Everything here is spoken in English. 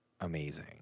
Amazing